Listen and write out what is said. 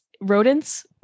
rodents